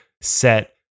set